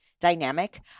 Dynamic